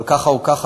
אבל ככה או ככה,